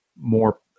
more